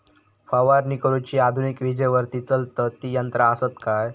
फवारणी करुची आधुनिक विजेवरती चलतत ती यंत्रा आसत काय?